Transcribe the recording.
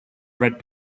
red